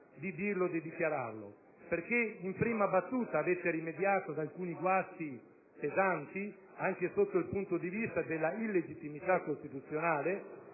di dirlo e di dichiararlo, perché in prima battuta avete rimediato ad alcuni guasti pesanti, anche dal punto di vista della legittimità costituzionale: